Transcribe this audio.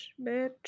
bitch